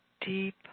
deep